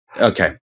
Okay